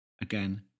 Again